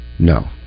No